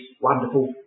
wonderful